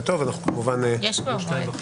יש כבר מועד.